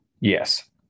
yes